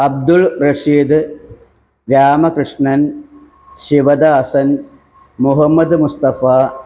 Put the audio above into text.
Abdul Rasheed Ramakrishnan Sivadasan Muhammad Mustafa